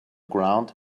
ground